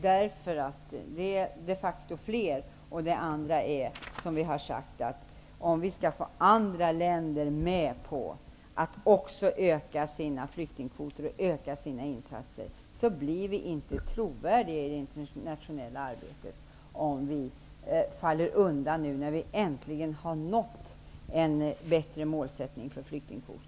De är de facto fler. Om vi vidare i det internationella arbetet skall få andra länder med på att öka sina flyktingkvoter och sina insatser, blir vi inte trovärdiga, om vi faller undan nu när vi äntligen har lyckats få till stånd en bättre målsättning för flyktingkvoten.